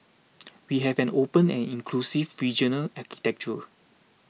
we have an open and inclusive regional architecture